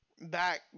back